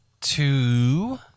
two